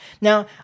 Now